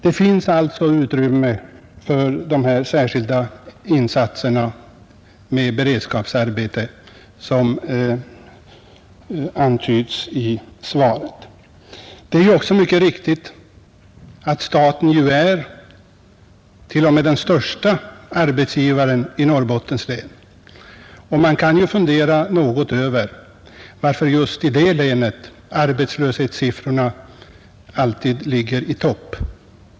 Det finns alltså utrymme för de här särskilda insatserna med beredskapsarbete som antyds i svaret. Det är mycket riktigt att staten är t.o.m. den största arbetsgivaren i Norrbottens län. Man kan fundera något över varför just i det länet arbetslöshetssiffrorna alltid ligger i toppen.